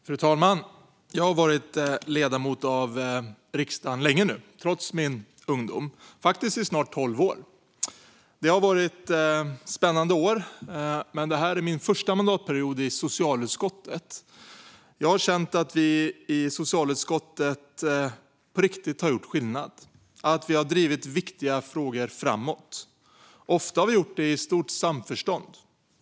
Fru talman! Jag har varit ledamot av riksdagen länge nu, trots min ungdom, faktiskt i snart tolv år. Det har varit spännande år. Men detta är min första mandatperiod i socialutskottet. Jag har känt att vi i socialutskottet har gjort skillnad på riktigt. Vi har drivit viktiga frågor framåt. Ofta har vi gjort det i stort samförstånd.